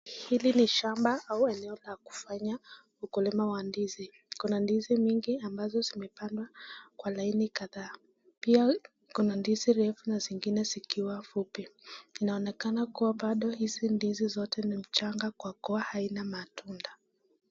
Hili ni shamba au eneo la kufanya ukulima wa ndizi , kuna ndizi mingi ambazo zimepangwa kwa laini kadhaa pia kuna ndizi refu na zingine zikiwa fupi inaonekana kuwa bado hizi ndizi zote ni changa kwa kuwa haina matunda.